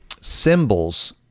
symbols